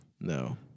No